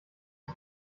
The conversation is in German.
uns